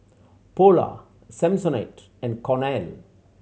Polar Samsonite and Cornell